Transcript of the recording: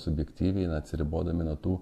subjektyviai atsiribodami nuo tų